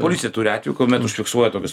policija turi atvejų kuomet užfiksuoja tokius